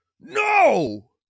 No